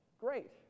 Great